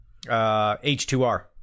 h2r